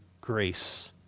grace